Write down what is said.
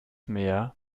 mehr